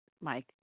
Mike